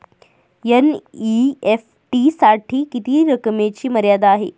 NEFT साठी किती रकमेची मर्यादा आहे?